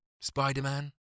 Spider-Man